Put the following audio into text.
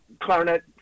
clarinet